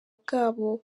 bwabo